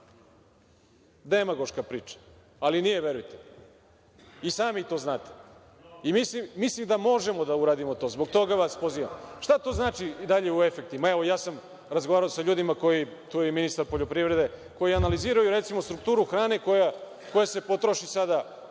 demagoška priča, ali nije, verujte. I sami to znate. Mislim da možemo da uradimo to, zbog toga vas pozivam. Šta to znači i dalje u efektima? Evo, ja sam razgovarao sa ljudima koji, tu je i ministar poljoprivrede, analiziraju recimo strukturu hrane koja se potroši sada